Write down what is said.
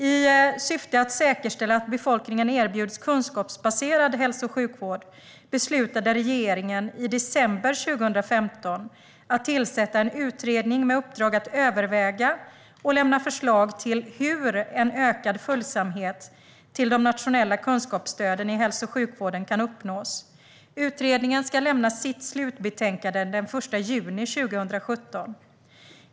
I syfte att säkerställa att befolkningen erbjuds kunskapsbaserad hälso och sjukvård beslutade regeringen i december 2015 att tillsätta en utredning med uppdrag att överväga och lämna förslag till hur en ökad följsamhet till de nationella kunskapsstöden i hälso och sjukvården kan uppnås. Utredningen ska lämna sitt slutbetänkande den 1 juni 2017.